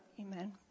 Amen